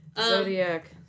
Zodiac